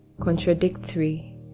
contradictory